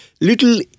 little